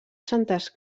santes